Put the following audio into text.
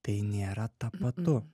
tai nėra tapatu